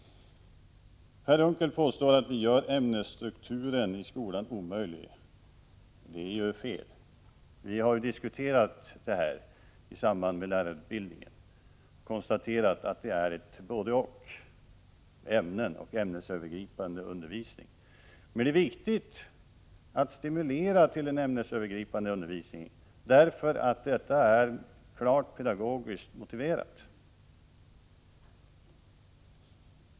Per Unckel påstår att vi gör ämnesstrukturen i skolan omöjlig. Det är ju fel. Vi diskuterade saken i samband med lärarutbildningen och konstaterade att det handlar om både och: ämnen och ämnesövergripande undervisning. Det är viktigt att stimulera till en ämnesövergripande undervisning, därför att detta är klart pedagogiskt motiverat.